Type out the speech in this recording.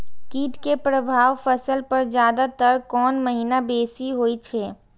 कीट के प्रभाव फसल पर ज्यादा तर कोन महीना बेसी होई छै?